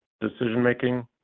decision-making